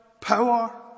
power